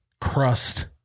crust